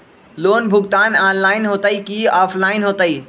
Loan भुगतान online होतई कि ऑफलाइन होतई?